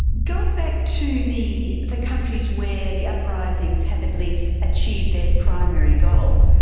going back to the the countries where the uprisings have at least achieved their primary goal,